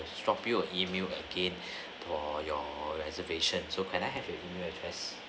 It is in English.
drop you a email again for your reservations so can I have your email address